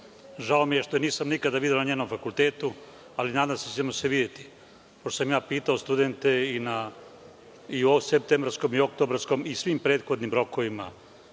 Žao mi je što je nisam nikada video na njenom fakultetu, ali nadam se da ćemo se videti, pošto sam ja pitao studente i u septembarskom i oktobarskom i svim prethodnim rokovima.